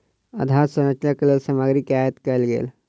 आधार संरचना के लेल सामग्री के आयत कयल गेल